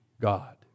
God